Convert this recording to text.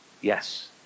Yes